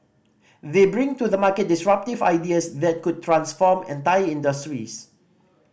they bring to the market disruptive ideas that could transform entire industries